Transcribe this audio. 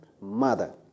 mother